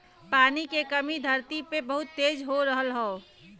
पानी के कमी धरती पे बहुत तेज हो रहल हौ